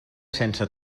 sense